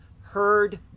heard